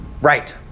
Right